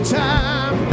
time